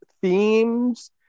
themes